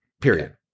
Period